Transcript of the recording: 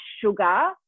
sugar